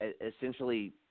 essentially